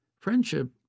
Friendship